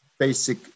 basic